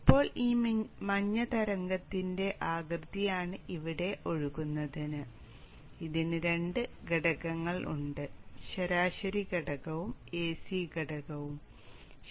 ഇപ്പോൾ ഈ മഞ്ഞ തരംഗത്തിന്റെ ആകൃതിയാണ് ഇവിടെ ഒഴുകുന്നത് ഇതിന് രണ്ട് ഘടകങ്ങൾ ഉണ്ട് ശരാശരി ഘടകവും എസി ഘടകവുമാണ്